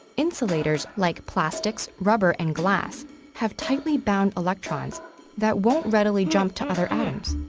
insulators like plastics, rubber and glass have tightly bound electrons that won't readily jump to other atoms.